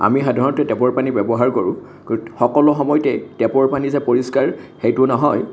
আমি সাধাৰণতে টেপৰ পানী ব্যৱহাৰ কৰোঁ সকলো সময়তে টেপৰ পানী যে পৰিষ্কাৰ সেইটো নহয়